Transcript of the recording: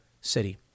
city